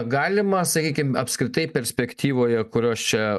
galima sakykim apskritai perspektyvoje kurios čia